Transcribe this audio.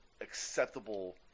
acceptable